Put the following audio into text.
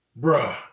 Bruh